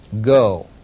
go